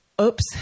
Oops